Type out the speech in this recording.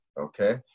okay